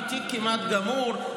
כי תיק כמעט גמור,